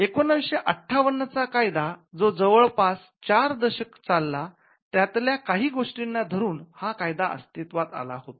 १९५८ चा कायदा जो जवळपास ४ दशक चालला त्यातल्या काही गोष्टींना धरून हा कायदा अस्तित्वात आला होता